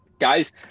guys